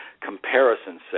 comparison's